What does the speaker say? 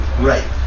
Right